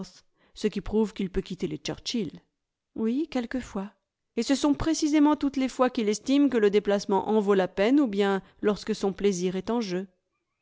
ce qui prouve qu'il peut quitter les churchill oui quelquefois et ce sont précisément toutes les fois qu'il estime que le déplacement en vaut la peine ou bien lorsque son plaisir est en jeu